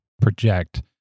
project